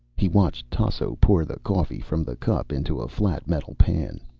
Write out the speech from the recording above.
he watched tasso pour the coffee from the cup into a flat metal pan.